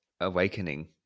awakening